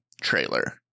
trailer